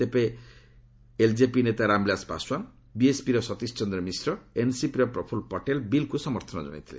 ତେବେ ଏଲ୍କେପି ନେତା ରାମ୍ବିଳାସ ପାଶ୍ୱାନ୍ ବିଏସ୍ପିର ସତୀଶ ଚନ୍ଦ୍ର ମିଶ୍ର ଏନ୍ସିପିର ପ୍ରଫୁଲ୍ଲ ପଟେଲ୍ ବିଲ୍କୁ ସମର୍ଥନ ଜଣାଇଥିଲେ